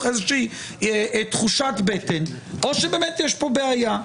איזושהי תחושת בטן או שבאמת יש פה בעיה.